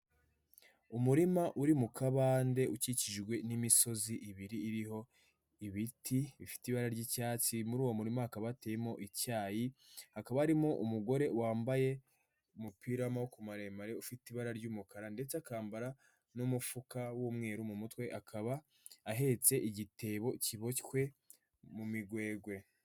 Umurima uri mu kabande ukikijwe n'imisozi ibiri iriho ibiti bifite ibara ry'icyatsi, muri uwo hakaba hateyemo icyayi, akaba harimo umugore wambaye umupira w'amaboko maremare ufite ibara ry'umukara ndetse akambara n'umufuka w'umweru mu mutwe akaba ahetse igitebo kiboshywe mu migwegwe.